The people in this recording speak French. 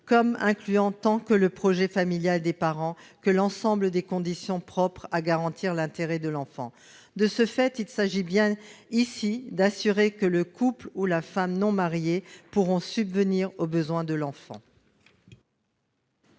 comme incluant tant le projet familial des parents que l'ensemble des conditions propres à garantir l'intérêt de l'enfant. De ce fait, il s'agit bien ici de s'assurer que le couple ou la femme non mariée pourra subvenir aux besoins de l'enfant.